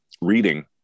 reading